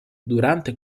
durante